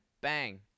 Bang